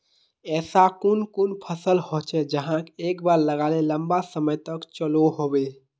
ऐसा कुन कुन फसल होचे जहाक एक बार लगाले लंबा समय तक चलो होबे?